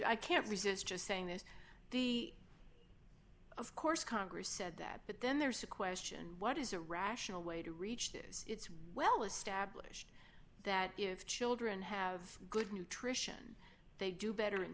i can't resist just saying this the of course congress said that but then there's the question what is a rational way to reach this it's well established that if children have good nutrition they do better in